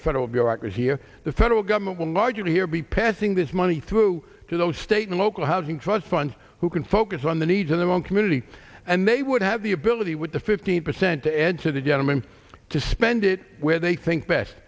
a federal bureaucracy here the federal government will marjory here be passing this money through to those state and local housing trust funds who can focus on the needs in their own community and they would have the ability with the fifteen percent to add to the gentleman to spend it where they think best